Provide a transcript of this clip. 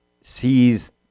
sees